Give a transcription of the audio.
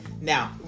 now